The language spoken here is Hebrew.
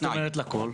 מה זאת אומרת לכל?